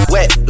Wet